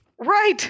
Right